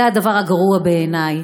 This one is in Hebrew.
זה הדבר הגרוע בעיני.